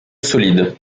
solide